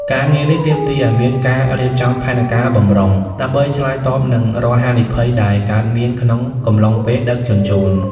ការងារនេះទាមទារឱ្យមានការរៀបចំផែនការបម្រុង ដើម្បីឆ្លើយតបនឹងរាល់ហានិភ័យដែលកើតមានក្នុងកំឡុងពេលដឹកជញ្ជូន។